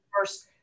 first